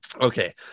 okay